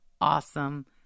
awesome